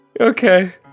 okay